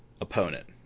opponent